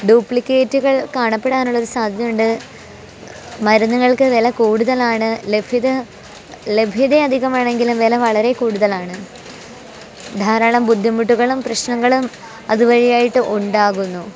ഡ്യൂപ്ലിക്കേറ്റുകൾ കാണപ്പെടാനുള്ള ഒരു സാധ്യതയുണ്ട് മരുന്നുകൾക്ക് വില കൂടുതലാണ് ലഭ്യത ലഭ്യത അധികമാണെങ്കിലും വില വളരെ കൂടുതലാണ് ധാരാളം ബുദ്ധിമുട്ടുകളും പ്രശ്നങ്ങളും അതുവഴിയായിട്ട് ഉണ്ടാകുന്നു